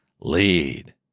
lead